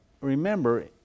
remember